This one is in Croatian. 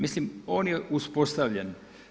Mislim on je uspostavljen.